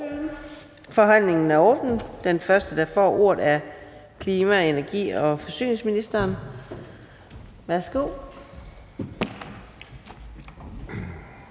Forhandlingen er åbnet. Den første, der får ordet, er klima-, energi- og forsyningsministeren. Værsgo.